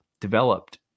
developed